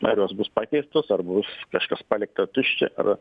ar jos bus pakeistos ar bus kažkas palikta tuščia ar